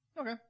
Okay